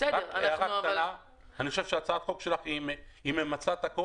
אני חושב שהצעת החוק שלך ממצה את הכול.